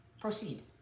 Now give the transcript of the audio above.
Proceed